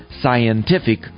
scientific